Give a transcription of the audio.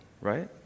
right